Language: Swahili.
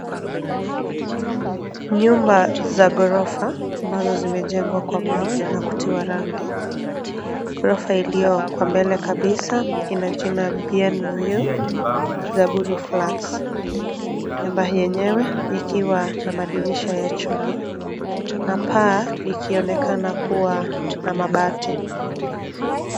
Nyumba za ghorofa ambazo zimejengwa kwa mawe na kutiwa rangi. Ghorofa iliyo kwa mbele kabisa ina jina Bien View Zaburi Flats. Nyumba yenyewe ikiwa na madirisha ya chuma na paa likionekana kuwa na mabati.